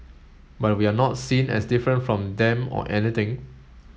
but we're not seen as different from them or anything